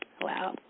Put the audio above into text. Wow